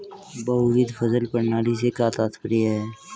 बहुविध फसल प्रणाली से क्या तात्पर्य है?